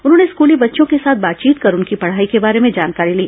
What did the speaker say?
उन्होंने स्कूली बच्चों के साथ बातचीत कर उनकी पढ़ाई के बारे में जानकारी ली